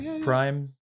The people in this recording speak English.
Prime